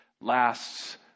lasts